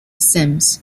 sims